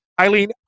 Eileen